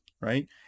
right